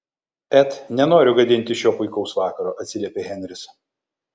et nenoriu gadinti šio puikaus vakaro atsiliepė henris